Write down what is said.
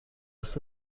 قصد